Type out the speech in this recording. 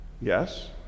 Yes